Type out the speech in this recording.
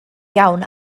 iawn